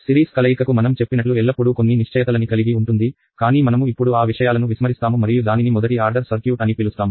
series కలయికకు మనం చెప్పినట్లు ఎల్లప్పుడూ కొన్ని నిశ్చయతలని కలిగి ఉంటుంది కానీ మనము ఇప్పుడు ఆ విషయాలను విస్మరిస్తాము మరియు దానిని మొదటి ఆర్డర్ సర్క్యూట్ అని పిలుస్తాము